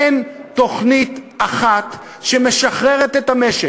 אין תוכנית אחת שמשחררת את המשק,